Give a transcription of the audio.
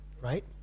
right